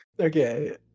Okay